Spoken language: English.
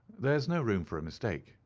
there's no room for a mistake,